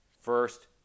First